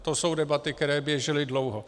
To jsou debaty, které běžely dlouho.